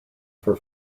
for